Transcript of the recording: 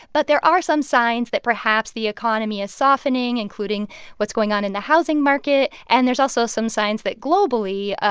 but there are some signs that, perhaps, the economy is softening, including what's going on in the housing market. and there's also some signs that, globally,